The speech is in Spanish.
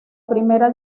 primera